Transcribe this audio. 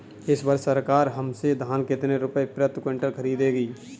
इस वर्ष सरकार हमसे धान कितने रुपए प्रति क्विंटल खरीदेगी?